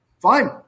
fine